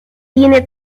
tiene